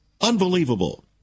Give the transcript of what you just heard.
Unbelievable